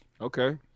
Okay